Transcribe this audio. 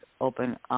open